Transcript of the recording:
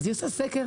אז היא עושה סקר.